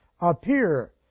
appear